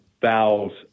valves